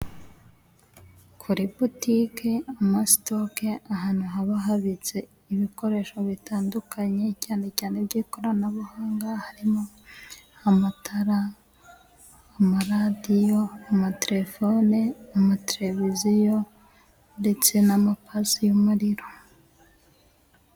Kuri Butike, amasitoke ,ahantu haba habitse ibikoresho bitandukanye cyane cyane by'ikoranabuhanga, harimo: amatara, amaradiyo, amatelefone, amateleviziyo ndetse n'amapasi y'umuriro.